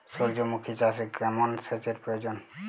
সূর্যমুখি চাষে কেমন সেচের প্রয়োজন?